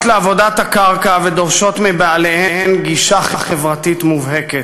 לעבודת הקרקע ודורשות מבעליהן גישה חברתית מובהקת,